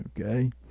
Okay